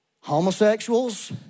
homosexuals